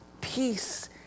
peace